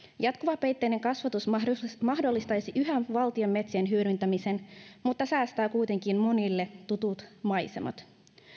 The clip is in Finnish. jatkuvapeitteinen kasvatus mahdollistaisi mahdollistaisi yhä valtion metsien hyödyntämisen mutta säästää kuitenkin monille tutut maisemat